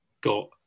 got